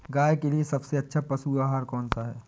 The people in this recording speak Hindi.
गाय के लिए सबसे अच्छा पशु आहार कौन सा है?